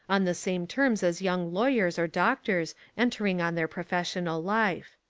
on the same terms as young lawyers or doctors entering on their professional life.